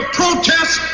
protest